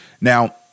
Now